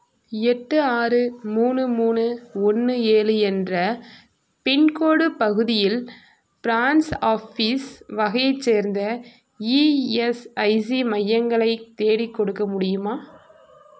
எட்டு ஆறு மூணு மூணு ஒன்று ஏழு என்ற பின்கோடு பகுதியில் பிரான்ஸ் ஆஃபீஸ் வகையைச் சேர்ந்த இஎஸ்ஐசி மையங்களை தேடிக்கொடுக்க முடியுமா